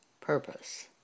purpose